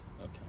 Okay